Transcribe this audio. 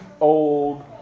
old